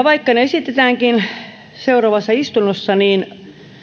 vaikka ne esitetäänkin seuraavassa istunnossa niin